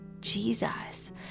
Jesus